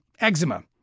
Eczema